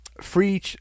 free